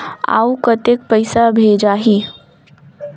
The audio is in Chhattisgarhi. अउ कतेक पइसा भेजाही?